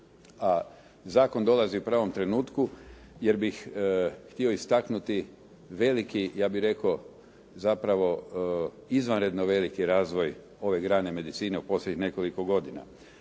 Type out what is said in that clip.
a zakon dolazi u pravom trenutku, jer bih htio istaknuti veliki, ja bih rekao, zapravo izvanredno veliki razvoj ove grane medicine u posljednjih nekoliko godina.